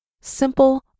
simple